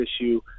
issue